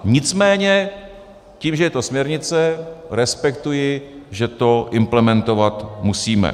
Nicméně tím, že je to směrnice, respektuji, že to implementovat musíme.